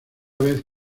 vez